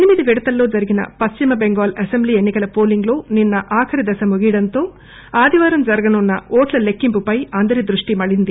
ఎనిమిది విడతల్లో జరిగిన పశ్చిమ టెంగాల్ అసెంబ్లీ ఎన్ని కల పోలింగ్ లో నిన్న ఆఖరి దశ ముగియడంతో ఆదివారం జరగనున్న ఓట్ల లెక్కింపుపై అందరి దృష్టి మళ్ళింది